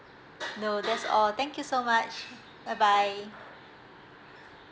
no that's all thank you so much bye bye